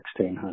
1600